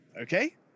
Okay